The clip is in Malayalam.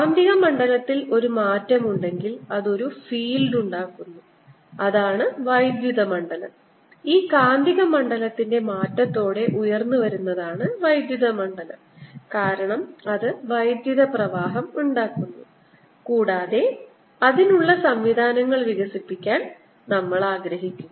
കാന്തിക മണ്ഡലത്തിൽ ഒരു മാറ്റം ഉണ്ടെങ്കിൽ അത് ഒരു ഫീൽഡ് ഉണ്ടാക്കുന്നു അതാണ് വൈദ്യുത മണ്ഡലം ഈ കാന്തികമണ്ഡലത്തിന്റെ മാറ്റത്തോടെ ഉയർന്നുവരുന്നതാണ് വൈദ്യുത മണ്ഡലം കാരണം അത് വൈദ്യുത പ്രവാഹം ഉണ്ടാക്കുന്നു കൂടാതെ അതിനുള്ള സംവിധാനങ്ങൾ വികസിപ്പിക്കാൻ നമ്മൾ ആഗ്രഹിക്കുന്നു